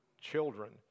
children